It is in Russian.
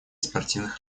спортивных